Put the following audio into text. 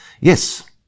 Yes